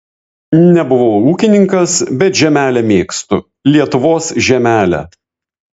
nebuvau ūkininkas bet žemelę mėgstu lietuvos žemelę